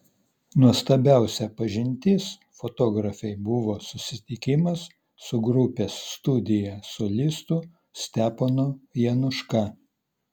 nuostabiausia pažintis fotografei buvo susitikimas su grupės studija solistu steponu januška